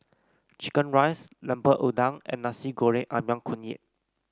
chicken rice Lemper Udang and Nasi Goreng ayam kunyit